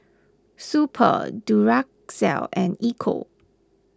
Super Duracell and Ecco